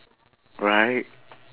right